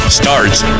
starts